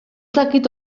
dakit